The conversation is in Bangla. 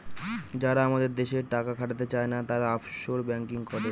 যারা আমাদের দেশে টাকা খাটাতে চায়না, তারা অফশোর ব্যাঙ্কিং করে